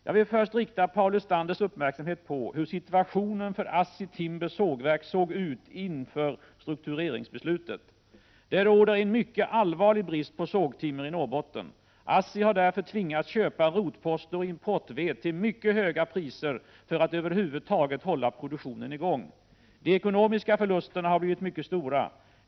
Jag vill först rikta Paul Lestanders uppmärksamhet på hur situationen för ASSI Timbers sågverk såg ut inför struktureringsbeslutet. Det råder en mycket allvarlig brist på sågtimmer i Norrbotten. ASSI har därför tvingats köpa rotposter och importved till mycket höga priser för att över huvud taget hålla produktionen i gång. De ekonomiska förlusterna har blivit mycket stora.